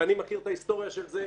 ואני מכיר בעל-פה את ההיסטוריה של זה.